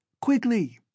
Quickly